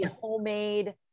homemade